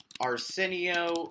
Arsenio